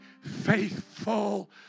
faithful